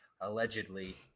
Allegedly